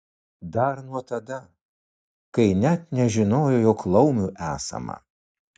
dar nuo tada kai net nežinojo jog laumių esama